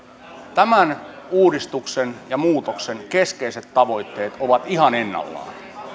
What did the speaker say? tämän uudistuksen ja muutoksen keskeiset tavoitteet ovat ihan ennallaan